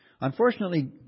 Unfortunately